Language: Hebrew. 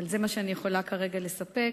אבל זה מה שאני יכולה כרגע לספק,